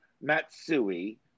matsui